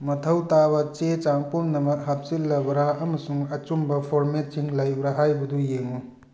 ꯃꯊꯧ ꯇꯥꯕ ꯆꯦ ꯆꯥꯡ ꯄꯨꯝꯅꯃꯛ ꯍꯥꯞꯆꯤꯜꯂꯕ꯭ꯔꯥ ꯑꯃꯁꯨꯡ ꯑꯆꯨꯝꯕ ꯐꯣꯔꯃꯦꯠꯁꯤꯡ ꯂꯩꯕ꯭ꯔꯥ ꯍꯥꯏꯕꯗꯨ ꯌꯦꯡꯉꯨ